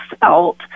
felt